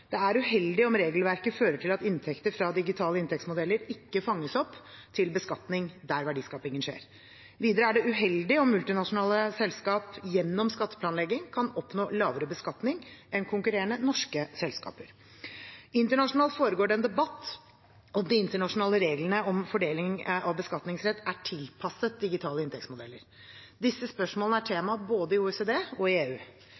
Det er uheldig om regelverket fører til at inntekter fra digitale inntektsmodeller ikke fanges opp til beskatning der verdiskapingen skjer. Videre er det uheldig om multinasjonale selskap gjennom skatteplanlegging kan oppnå lavere beskatning enn konkurrerende norske selskaper. Internasjonalt foregår det en debatt om de internasjonale reglene om fordeling av beskatningsrett er tilpasset digitale inntektsmodeller. Disse spørsmålene er tema både i OECD og i EU.